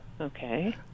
Okay